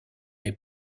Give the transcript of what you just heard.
est